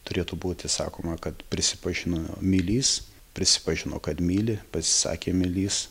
turėtų būti sakoma kad prisipažino mylįs prisipažino kad myli pasisakė mylįs